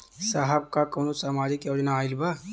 साहब का कौनो सामाजिक योजना आईल बा?